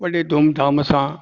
वॾे धूम धाम सां